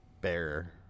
bear